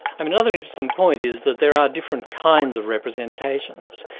um another interesting point is that there are different kinds of representations,